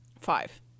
five